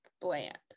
bland